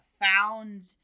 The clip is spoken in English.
found